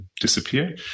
disappear